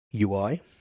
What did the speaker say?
UI